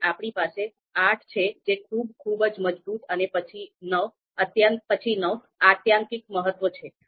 પછી આપણી પાસે ૮ છે જે ખૂબ ખૂબ જ મજબૂત અને પછી ૯ આત્યંતિક મહત્વ છે